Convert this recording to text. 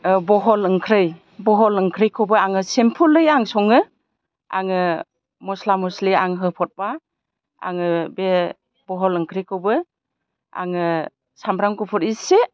बहल ओंख्रै बहल ओंख्रैखौबो सिमफोलै आं सङो आङो मस्ला मस्लि आं होफ'बा आङो बे बहल ओंख्रैखौबो आङो सामब्राम गुफुर एसे